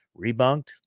Rebunked